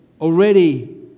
already